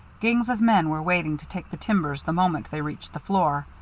gangs of men were waiting to take the timbers the moment they reached the floor.